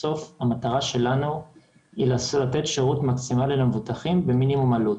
בסוף המטרה שלנו היא לתת שירות מקסימלי למבוטחים במינימום עלות.